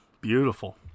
beautiful